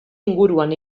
inguruan